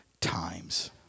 times